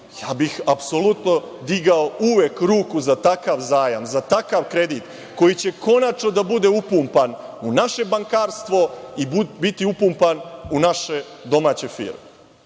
ja bih apsolutno digao uvek ruku za takav zajam, za takav kredit, koji će konačno da bude upumpan u naše bankarstvo i biti upumpan u naše domaće firme. Više